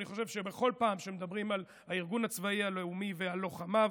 אני חושב שבכל פעם שמדברים על הארגון הצבאי הלאומי ועל לוחמיו